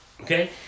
okay